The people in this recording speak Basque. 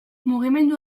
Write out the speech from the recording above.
mugimendu